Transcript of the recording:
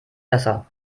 besser